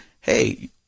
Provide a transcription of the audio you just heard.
Hey